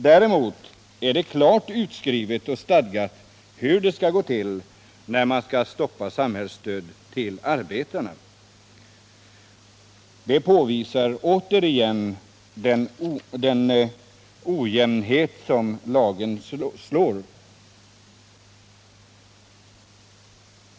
Däremot är det klart utskrivet och stadgat hur det skall gå till för att samhällsstöd till arbetarna skall stoppas. Detta visar återigen hur olika lagen slår.